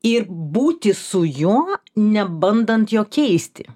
ir būti su juo nebandant jo keisti